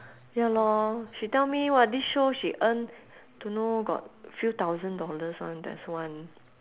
ya lor she tell me what this show she earn don't know got few thousand dollars [one] there's one